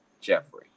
jeffrey